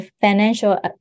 financial